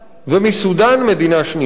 ומסודן, מדינה שנייה.